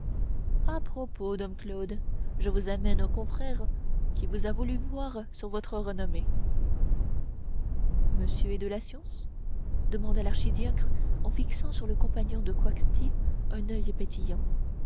à propos dom claude je vous amène un confrère qui vous a voulu voir sur votre renommée monsieur est de la science demanda l'archidiacre en fixant sur le compagnon de coictier son oeil